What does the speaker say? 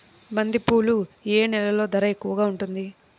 బంతిపూలు ఏ నెలలో ధర ఎక్కువగా ఉంటుంది?